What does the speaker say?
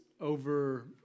over